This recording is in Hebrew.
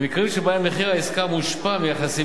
במקרים שבהם מחיר העסקה מושפע מיחסים